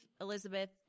elizabeth